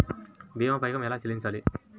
భీమా పైకం ఎలా చెల్లించాలి?